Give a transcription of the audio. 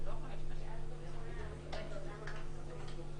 שיקול דעת של היושב-ראש.